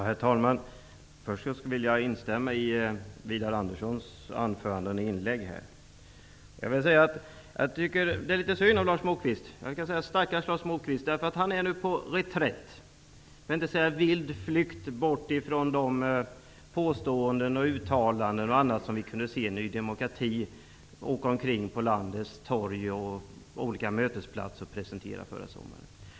Herr talman! Först skulle jag vilja instämma i Jag tycker att det är litet synd om Lars Moquist. Stackars Lars Moquist! Han är nu på reträtt, för att inte säga vild flykt, bort från de påståenden och uttalanden som Ny demokrati åkte omkring mellan landets torg och mötesplatser och presenterade förra sommaren.